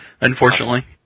Unfortunately